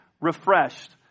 refreshed